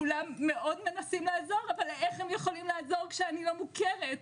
כולם מאוד מנסים לעזור אבל איך הם יכולים לעזור כשאני לא מוכרת?